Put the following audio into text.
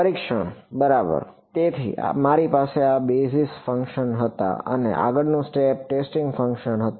પરીક્ષણ બરાબર ને તેથી મારી પાસે આ બેઝિક ફંક્શન્સ હતા અને આગળનું સ્ટેપ ટેસ્ટિંગ ફંક્શન્સ હતું